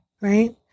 right